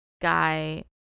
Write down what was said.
guy